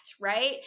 right